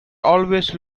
always